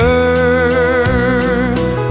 earth